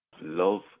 love